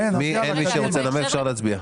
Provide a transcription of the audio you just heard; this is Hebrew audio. אין מי שרוצה לנמק, אפשר להצביע.